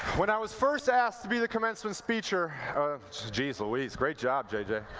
when i was first asked to be the commencement speecher geez louise great job j j.